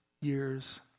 years